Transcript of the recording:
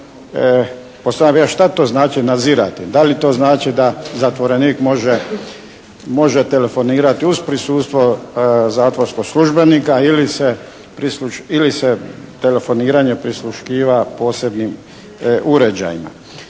uostalom šta to znači nadzirati. Da li to znači da zatvorenik može telefonirati uz prisustvo zatvorskog službenika, ili se telefoniranje prisluškuje posebnim uređajima?